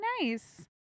nice